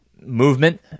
movement